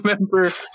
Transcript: remember